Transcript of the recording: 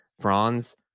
Franz